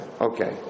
Okay